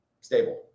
stable